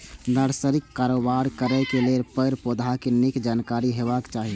नर्सरीक कारोबार करै लेल पेड़, पौधाक नीक जानकारी हेबाक चाही